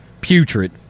Putrid